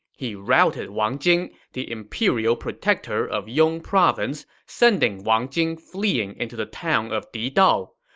he routed wang jing, the imperial protector of yong province, sending wang jing fleeing into the town of didao.